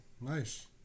nice